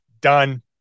done